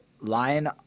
line